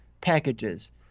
packages